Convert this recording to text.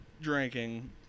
drinking